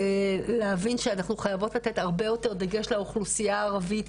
להבין שאנחנו חייבות לתת הרבה יותר דגש לאוכלוסייה הערבית,